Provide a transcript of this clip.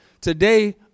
today